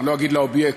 אני לא אגיד לאובייקט.